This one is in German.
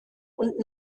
und